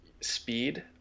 speed